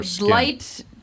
light